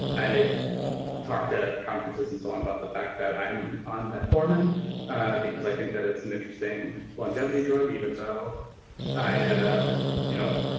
i've talked at conferences and so on about the fact that i'm on metformin because i think that it's an interesting longevity drug even though yeah you know